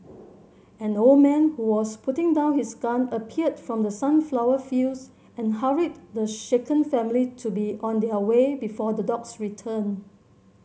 an old man who was putting down his gun appeared from the sunflower fields and hurried the shaken family to be on their way before the dogs return